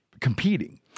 competing